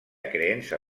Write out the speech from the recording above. creença